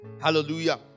Hallelujah